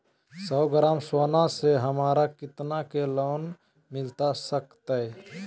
सौ ग्राम सोना से हमरा कितना के लोन मिलता सकतैय?